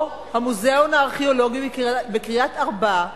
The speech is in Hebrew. יש המוזיאון הארכיאולוגי בקריית-ארבע,